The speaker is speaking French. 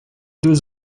deux